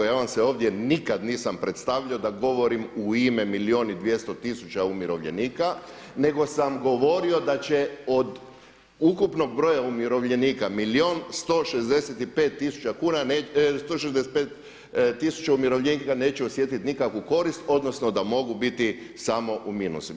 Ja vam se ovdje nikad nisam predstavljao da govorim u ime milijun i 200 tisuća umirovljenika nego sam govorio da će od ukupnog broja umirovljenika milijun 165 tisuća umirovljenika neće osjetiti nikakvu korist odnosno da mogu biti smo u minusu.